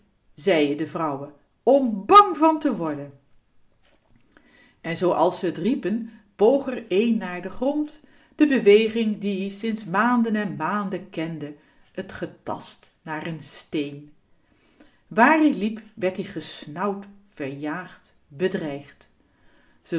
zeien de vrouwen om bang van te worden en zoo als ze t riepen boog r een naar den grond de beweging die ie sinds maanden en maanden kende t getast naar n steen waar-ie liep werd ie gesnauwd verjaagd bedreigd